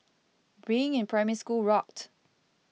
being in Primary School rocked